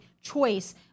choice